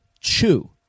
CHEW